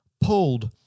Pulled